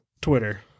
Twitter